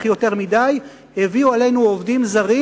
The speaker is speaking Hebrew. יותר מדי הביאו עלינו עובדים זרים,